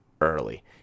early